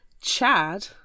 Chad